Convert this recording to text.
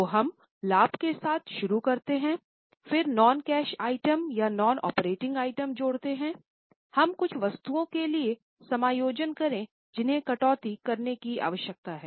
तो हम लाभ के साथ शुरू करते हैं फिर नॉन कैश आइटम या नॉन ऑपरेटिंग आइटम जोड़ते हैं हम कुछ वस्तुओं के लिए समायोजन करें जिन्हें कटौती करने की आवश्यकता है